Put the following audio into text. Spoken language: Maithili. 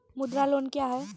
मुद्रा लोन क्या हैं?